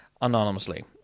anonymously